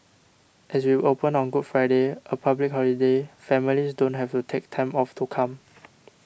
as we open on Good Friday a public holiday families don't have to take time off to come